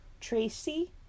Tracy